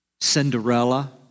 Cinderella